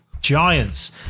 giants